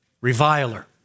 reviler